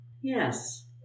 Yes